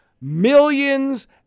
millions